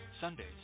Sundays